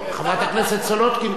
חברת הכנסת סולודקין,